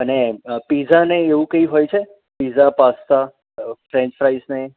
અને પિજ્જા અને એવું કઈ હોય છે પિજ્જા પાસ્તા ફ્રેંચ ફ્રાઈસ ને એ